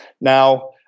Now